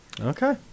Okay